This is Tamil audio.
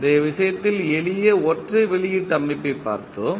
முந்தைய விஷயத்தில் எளிய ஒற்றை வெளியீட்டு அமைப்பைப் பார்த்தோம்